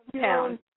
town